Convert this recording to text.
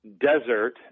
desert